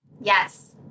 Yes